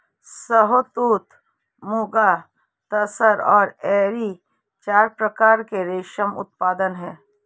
शहतूत, मुगा, तसर और एरी चार प्रकार के रेशम उत्पादन हैं